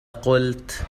قلت